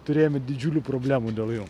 turėjome didžiulių problemų dėl jų